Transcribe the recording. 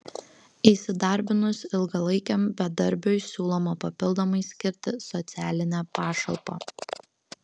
įsidarbinus ilgalaikiam bedarbiui siūloma papildomai skirti socialinę pašalpą